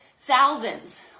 thousands